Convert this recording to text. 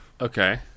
Okay